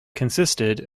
consisted